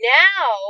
now